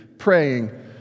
Praying